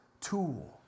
tool